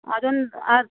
ಅದನ್ನ ಅದು